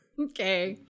Okay